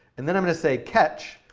and then i'm going to say catch.